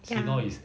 ya